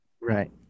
Right